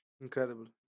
Incredible